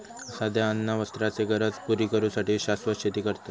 सध्या अन्न वस्त्राचे गरज पुरी करू साठी शाश्वत शेती करतत